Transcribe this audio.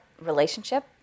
relationship